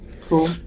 Cool